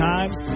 Times